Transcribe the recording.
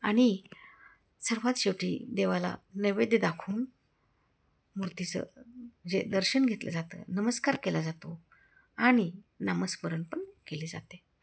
आणि सर्वात शेवटी देवाला नैवेद्य दाखवून मूर्तीचं जे दर्शन घेतलं जातं नमस्कार केला जातो आणि नामस्मरण पण केले जाते